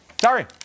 Sorry